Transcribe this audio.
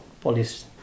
police